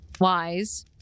wise